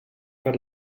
per